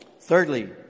Thirdly